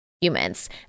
humans